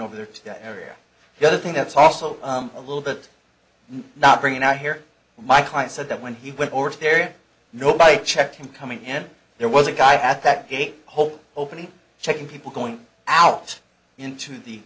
over there to that area the other thing that's also a little bit not bringing out here my client said that when he went north there nobody checked him coming and there was a guy at that gate whole opening checking people going out into the